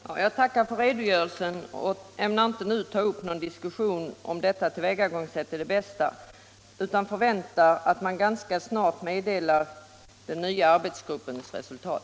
Herr talman! Jag tackar för redogörelsen och ämnar inte nu ta upp någon diskussion om huruvida detta tillvägagångssätt är det bästa, utan jag förväntar att man ganska snart meddelar den nya arbetsgruppens resultat.